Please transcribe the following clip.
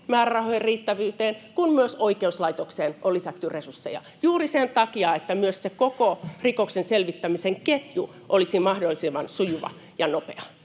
määrärahojen riittävyyteen kuin myös oikeuslaitokseen on lisätty resursseja, juuri sen takia, että myös se koko rikoksen selvittämisen ketju olisi mahdollisimman sujuva ja nopea.